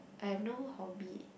I have no hobby